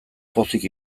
pozik